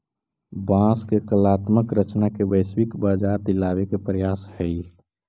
बाँस के कलात्मक रचना के वैश्विक बाजार दिलावे के प्रयास हई